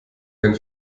ein